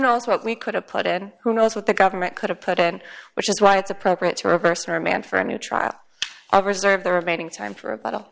knows what we could have put in who knows what the government could have put in which is why it's appropriate to reverse remand for a new trial over serve the remaining time for abo